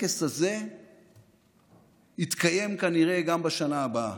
הטקס הזה יתקיים כנראה גם בשנה הבאה,